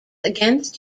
against